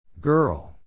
Girl